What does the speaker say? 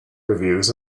reviews